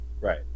Right